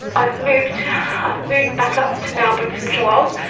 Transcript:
i'd moved moved back up to melbourne from geelong,